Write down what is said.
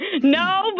No